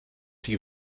die